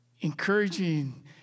encouraging